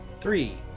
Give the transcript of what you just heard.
Three